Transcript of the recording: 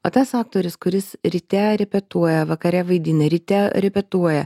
o tas aktorius kuris ryte repetuoja vakare vaidina ryte repetuoja